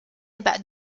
about